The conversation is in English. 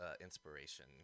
inspiration